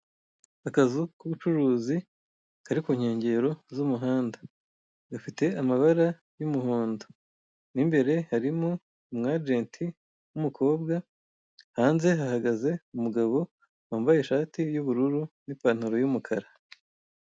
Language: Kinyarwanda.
Akazu k'ubucuruzi kari ku nkengero z'umuhanda, gafite amabara y'umuhondo, mo imbere harimo umu ajenti w'umukobwa, hanze hahagaze umugabo wambaye ishati y'ubururu n'ipantaro y'umukara.